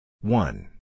one